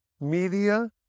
media